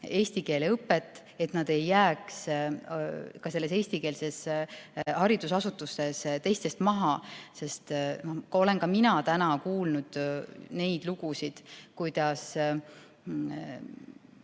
eesti keele õpet, et nad ei jääks eestikeelses haridusasutuses teistest maha. Olen ka mina kuulnud neid lugusid, kuidas